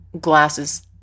glasses